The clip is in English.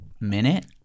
minute